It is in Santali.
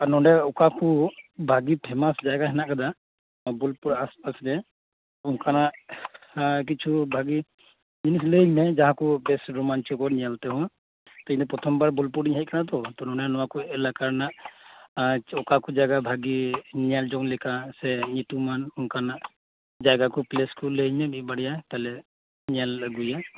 ᱱᱚᱸᱰᱮ ᱚᱠᱟ ᱠᱚ ᱵᱷᱟᱜᱮ ᱯᱷᱮᱢᱟᱥ ᱡᱟᱭᱜᱟ ᱦᱮᱱᱟᱜ ᱟᱠᱟᱫᱟ ᱱᱚᱶᱟ ᱵᱳᱞᱯᱩᱨ ᱟᱥᱯᱟᱥ ᱨᱮ ᱚᱱᱠᱟᱱᱟᱜ ᱠᱤᱪᱷᱩ ᱵᱷᱟᱜᱮ ᱡᱤᱱᱤᱥ ᱞᱟᱹᱭᱤᱧ ᱢᱮ ᱡᱟᱦᱟᱸᱠᱚ ᱵᱷᱟᱜᱮ ᱨᱳᱢᱟᱧᱪᱚᱠᱚᱨ ᱧᱮᱞ ᱛᱮᱦᱚᱸ ᱤᱧ ᱫᱚ ᱯᱨᱚᱛᱷᱚᱢ ᱵᱟᱨ ᱵᱳᱞᱯᱩᱨᱤᱧ ᱦᱮᱡ ᱠᱟᱱᱟ ᱛᱚ ᱚᱱᱟ ᱛᱮ ᱱᱚᱶᱟ ᱠᱚ ᱮᱞᱟᱠᱟ ᱨᱮᱱᱟᱜ ᱚᱠᱟᱠᱚ ᱡᱟᱭᱜᱟ ᱵᱷᱟᱜᱮ ᱧᱮᱞ ᱡᱚᱝ ᱞᱮᱠᱟ ᱥᱮ ᱧᱩᱛᱩᱢᱟᱱ ᱚᱱᱠᱟᱱᱟᱜ ᱡᱟᱭᱜᱟ ᱠᱚ ᱯᱞᱮᱥ ᱠᱚ ᱞᱟᱹᱭᱤᱧ ᱢᱮ ᱢᱤᱫᱴᱤᱡ ᱵᱟᱨᱭᱟ ᱛᱟᱞᱦᱮ ᱧᱮᱞ ᱟᱹᱜᱩᱭᱟ